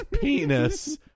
penis